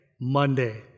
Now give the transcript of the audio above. Monday